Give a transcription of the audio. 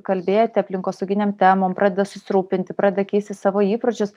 kalbėti aplinkosauginėm temom pradeda susirūpinti pradeda keisti savo įpročius